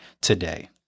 today